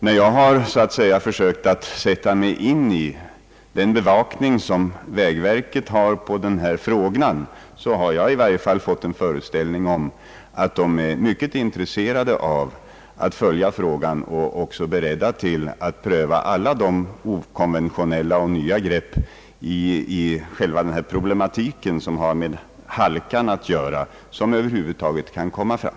När jag har försökt sätta mig in i den bevakning som vägverket har av denna fråga, har jag i varje fall fått en föreställning om att man inom verket är mycket intresserad av att följa frågan och även är beredd att pröva alla de okonventionella och nya grepp i själva problematiken med halkan som över huvud taget kan komma fram.